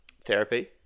therapy